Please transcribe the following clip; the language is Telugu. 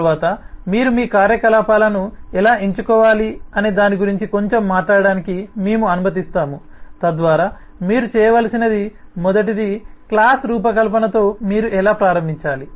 తరువాత మీరు మీ కార్యకలాపాలను ఎలా ఎంచుకోవాలి అనే దాని గురించి కొంచెం మాట్లాడటానికి మేము అనుమతిస్తాము తద్వారా మీరు చేయవలసినది మొదటిది క్లాస్ రూపకల్పనతో మీరు ఎలా ప్రారంభించాలి